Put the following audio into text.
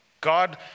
God